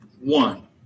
One